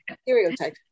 stereotype